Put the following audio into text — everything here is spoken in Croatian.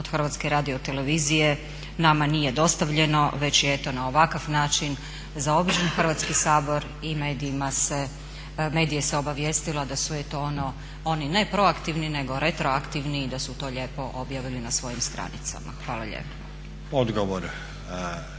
sabora tražili od HRT-a nama nije dostavljeno već je eto na ovakav način zaobiđen Hrvatski sabor i medije se obavijestilo da su eto oni ne proaktivni nego retroaktivni i da su to lijepo objavili na svojim stranicama. Hvala lijepo.